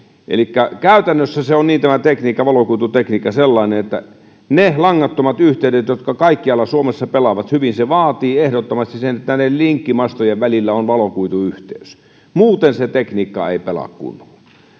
elikkä käytännössä on tämä tekniikka valokuitutekniikka sellainen että ne langattomat yhteydet jotka kaikkialla suomessa pelaavat hyvin vaativat ehdottomasti sen että näiden linkkimastojen välillä on valokuituyhteys muuten tekniikka ei pelaa kunnolla